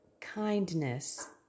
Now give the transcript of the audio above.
kindness